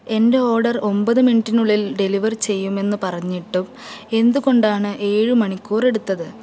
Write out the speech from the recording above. എന്റെ ഓഡർ ഒൻപത് മിനിറ്റിനുള്ളിൽ ഡെലിവർ ചെയ്യുമെന്ന് പറഞ്ഞിട്ടും എന്തുകൊണ്ടാണ് ഏഴ് മണിക്കൂർ എടുത്തത്